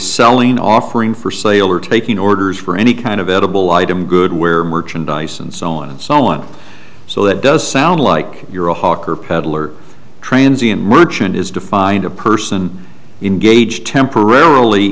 selling offering for sale or taking orders for any kind of edible item good where merchandise and so on and so on so that does sound like you're a hawker peddler transience merchant is to find a person engaged temporarily